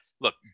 look